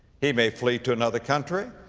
he may flee to another country.